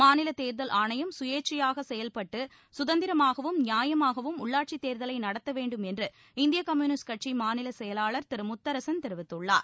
மாநிலத் தேர்தல் ஆணையம் சுயேட்சையாக செயல்பட்டு சுதந்திரமாகவும் நியாயமாகவும் உள்ளாட்சித் தேர்தலை நடத்த வேண்டும் என்று இந்திய கம்யூனிஸ்ட் கட்சி மாநிலச்செயலாளர் திரு முத்தரசன் தெரிவித்துள்ளார்